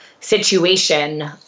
situation